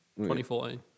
2014